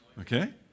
Okay